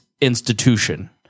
institution